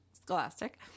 Scholastic